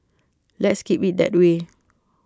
let's keep IT that way